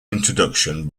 introduction